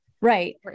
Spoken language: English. Right